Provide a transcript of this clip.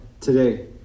today